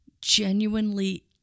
genuinely